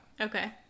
Okay